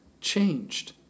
changed